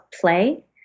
play